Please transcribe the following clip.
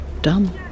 dumb